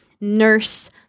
nurse